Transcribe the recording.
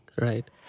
right